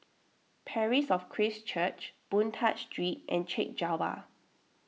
Parish of Christ Church Boon Tat Street and Chek Jawa